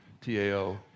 T-A-O